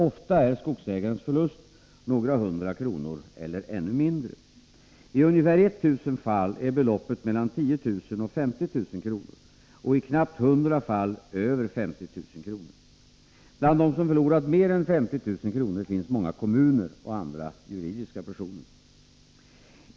Ofta är skogsägarens förlust några hundra kronor eller ännu mindre. I ungefär 1000 fall är beloppet mellan 10000 och 50000 kr. och i knappt 100 fall över 50 000 kr. Bland dem som förlorat mer än 50 000 kr. finns många kommuner och andra juridiska personer.